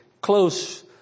close